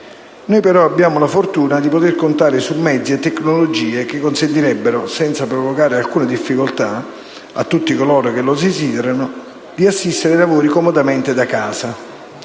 Noi però abbiamo la fortuna di poter contare su mezzi e tecnologie che consentirebbero, senza provocare alcuna difficoltà, a tutti coloro che lo desiderano di assistere ai lavori comodamente da casa.